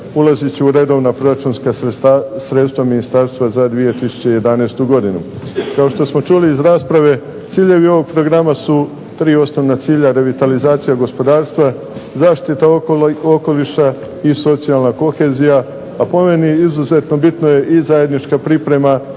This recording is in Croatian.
ulazit će u redovna proračunska sredstva ministarstva za 2011. godinu. Kao što smo čuli iz rasprave ciljevi ovog programa tri osnovna cilja, revitalizacija gospodarstva, zaštita okoliša i socijalna kohezija, a po meni izuzetno bitno je i zajednička priprema